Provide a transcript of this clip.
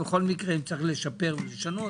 אם צריך, לשפר או לשנות,